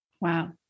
Wow